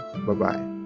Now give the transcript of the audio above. Bye-bye